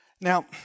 Now